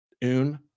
Un